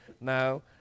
Now